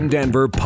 Denver